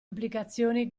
implicazioni